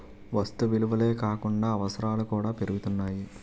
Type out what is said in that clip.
వస్తు విలువలే కాకుండా అవసరాలు కూడా పెరుగుతున్నాయి